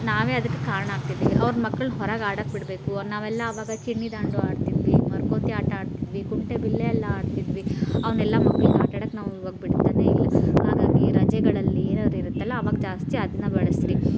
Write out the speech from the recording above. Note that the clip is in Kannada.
ನಾವೇ ಅದಕ್ಕೆ ಕಾರಣ ಆಗ್ತಿದ್ದೀವಿ ಅವ್ರು ಮಕ್ಕಳ್ನ ಹೊರಗೆ ಆಡೋಕೆ ಬಿಡಬೇಕು ನಾವೆಲ್ಲ ಆವಾಗ ಚಿಣ್ಣಿದಾಂಡು ಆಡ್ತಿದ್ವಿ ಮರಕೋತಿ ಆಟ ಆಡ್ತಿದ್ವಿ ಕುಂಟೆಬಿಲ್ಲೆ ಎಲ್ಲ ಆಡ್ತಿದ್ವಿ ಅವನ್ನೆಲ್ಲ ಮಕ್ಕಳು ಆಟಾಡೋಕ್ ನಾವು ಇವಾಗ್ ಬಿಡ್ತಾನೆ ಇಲ್ಲ ಹಾಗಾಗಿ ರಜೆಗಳಲ್ಲಿ ಏನಾದರೂ ಇರುತ್ತಲ್ಲ ಅವಾಗ ಜಾಸ್ತಿ ಅದನ್ನ ಬಳಸ್ತೀವಿ